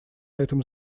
этом